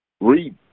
read